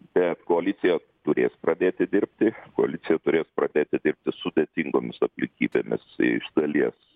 bet koalicija turės pradėti dirbti koalicija turės pradėti dirbti sudėtingomis aplinkybėmis iš dalies